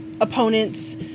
opponent's